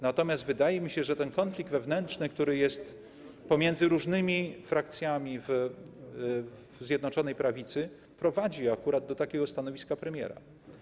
Natomiast wydaje mi się, że ten konflikt wewnętrzny, który jest pomiędzy różnymi frakcjami Zjednoczonej Prawicy, prowadzi do akurat takiego stanowiska premiera.